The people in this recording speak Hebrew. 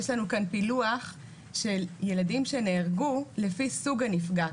יש לנו כאן פילוח של ילדים שנהרגו לפי סוג הנפגע.